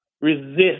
resist